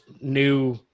new